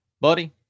Buddy